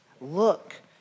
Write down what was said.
Look